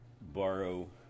borrow